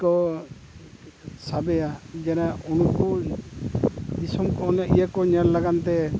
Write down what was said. ᱠᱚ ᱥᱟᱵᱮᱭᱟ ᱡᱮᱱᱚ ᱩᱱᱠᱩ ᱫᱤᱥᱚᱢ ᱠᱚ ᱚᱱᱮ ᱤᱭᱟᱹ ᱠᱚ ᱧᱮᱞ ᱞᱟᱹᱜᱤᱫ ᱛᱮ